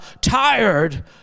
tired